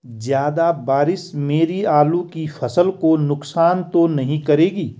ज़्यादा बारिश मेरी आलू की फसल को नुकसान तो नहीं करेगी?